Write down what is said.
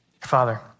Father